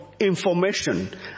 information